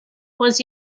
was